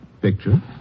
Picture